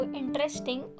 interesting